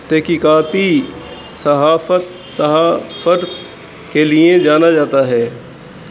تحقیقاتی صحافت صحافت کے لیے جانا جاتا ہے